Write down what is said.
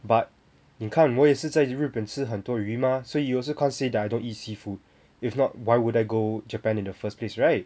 but 你看我也是在日本吃很多鱼 mah so you also can't say that I don't eat seafood if not why would I go japan in the first place right